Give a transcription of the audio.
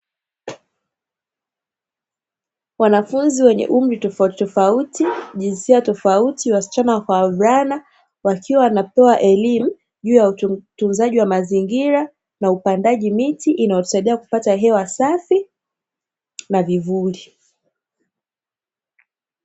Wanafunzi wenye umri tofautitofauti, jinsia tofauti wasichana kwa wavulana, wakiwa wanapewa elimu juu ya utunzaji wa mazingira na upandaji miti, inasaidia kupata hewa safi na vivuli.